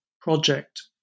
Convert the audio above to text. project